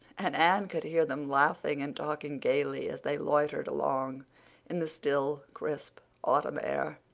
and anne could hear them laughing and talking gaily as they loitered along in the still, crisp autumn air.